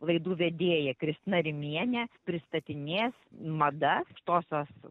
laidų vedėja kristina rimienė pristatinės madas aukštosios